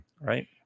Right